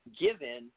given